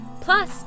plus